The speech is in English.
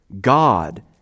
God